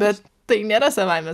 bet tai nėra savaime